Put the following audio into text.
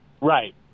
Right